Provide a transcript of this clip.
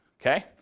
Okay